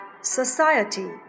society